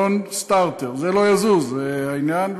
Non starter, זה לא יזוז, העניין.